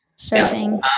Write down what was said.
Surfing